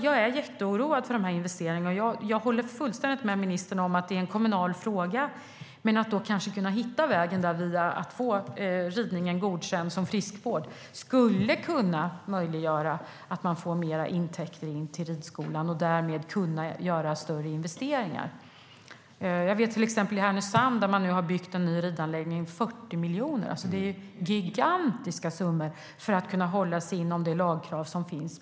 Jag är jätteoroad för de här investeringarna, och jag håller fullständigt med ministern om att det är en kommunal fråga, men att kanske kunna hitta vägen via att få ridningen godkänd som friskvård skulle kunna möjliggöra att man får mer intäkter till ridskolan och därmed kan göra större investeringar. I Härnösand har man till exempel byggt en ny ridanläggning för 40 miljoner - det är gigantiska summor det handlar om - för att kunna hålla sig inom det lagkrav som finns.